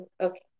Okay